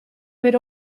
per